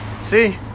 See